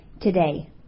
today